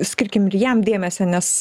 skirkim gi jam dėmesio nes